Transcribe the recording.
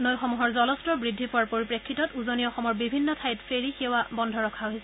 নৈসমূহৰ জলস্তৰ বৃদ্ধি পোৱাৰ পৰিপ্ৰেক্ষিতত উজনি অসমৰ বিভিন্ন ঠাইত ফেৰী সেৱা বন্ধ ৰখা হৈছে